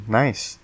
nice